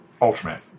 Ultraman